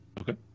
okay